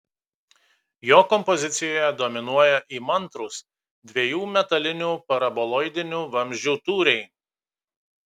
jo kompozicijoje dominuoja įmantrūs dviejų metalinių paraboloidinių vamzdžių tūriai